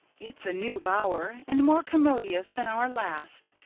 it's a new bower, and more commodious than our last,